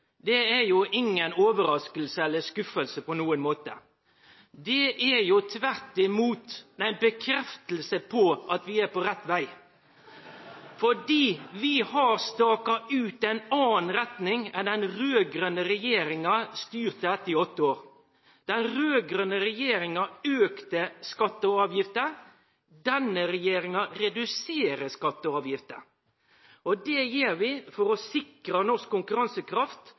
er jo ikkje på nokon måte overraskande eller skuffande. Det bekreftar tvert imot at vi er på rett veg. Fordi: Vi har staka ut ei anna retning enn det den raud-grøne regjeringa styrte etter i åtte år. Den raud-grøne regjeringa auka skattar og avgifter. Denne regjeringa reduserer skattar og avgifter. Det gjer vi for å sikre norsk konkurransekraft